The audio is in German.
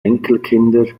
enkelkinder